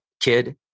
kid